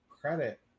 credit